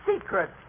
secret